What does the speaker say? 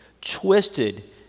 twisted